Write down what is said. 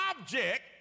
object